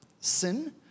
Sin